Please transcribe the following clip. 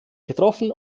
getroffen